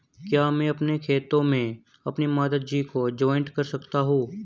क्या मैं अपने खाते में अपनी माता जी को जॉइंट कर सकता हूँ?